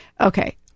Okay